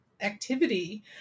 Activity